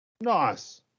Nice